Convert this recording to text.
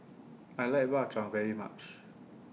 I like Bak Chang very much